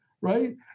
right